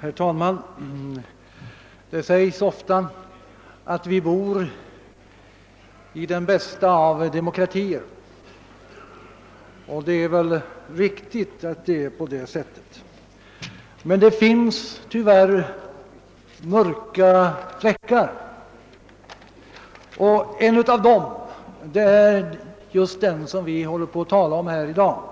Herr talman! Det sägs ofta att vi bor i den bästa av demokratier, och det är väl riktigt, men där finns tyvärr mörka fläckar. En av dem är det som vi håller på att tala om i dag: